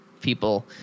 people